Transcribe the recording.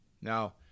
Now